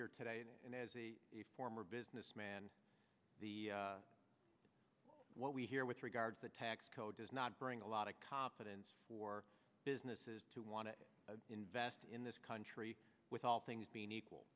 here today and as a former businessman the what we here with regard to the tax code does not bring a lot of confidence for businesses to want to invest in this country with all things being equal